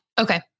Okay